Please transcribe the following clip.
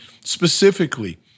Specifically